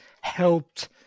helped